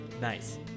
Nice